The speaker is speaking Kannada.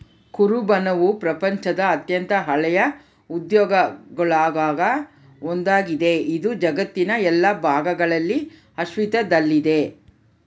ಕುರುಬನವು ಪ್ರಪಂಚದ ಅತ್ಯಂತ ಹಳೆಯ ಉದ್ಯೋಗಗುಳಾಗ ಒಂದಾಗಿದೆ, ಇದು ಜಗತ್ತಿನ ಎಲ್ಲಾ ಭಾಗಗಳಲ್ಲಿ ಅಸ್ತಿತ್ವದಲ್ಲಿದೆ